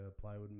plywood